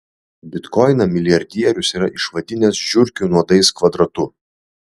bitkoiną milijardierius yra išvadinęs žiurkių nuodais kvadratu